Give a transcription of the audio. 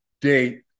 date